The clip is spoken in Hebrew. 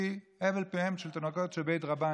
כי הבל פיהם של תינוקות של בית רבן,